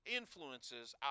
influences